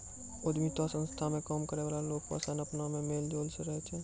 उद्यमिता संस्था मे काम करै वाला लोग सनी अपना मे मेल जोल से रहै छै